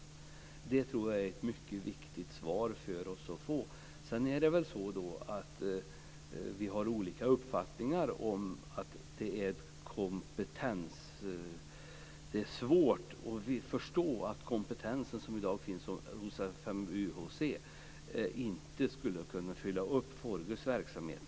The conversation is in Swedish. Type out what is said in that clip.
Det är mycket viktigt för oss att få svar på den frågan. Vi har kanske olika uppfattningar om att den kompetens som i dag finns hos FMUHC inte skulle kunna fylla upp Forgus verksamhet.